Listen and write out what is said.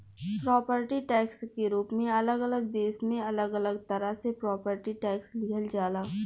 property tax के रूप में अलग अलग देश में अलग अलग तरह से प्रॉपर्टी टैक्स लिहल जाला